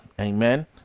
Amen